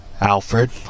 Alfred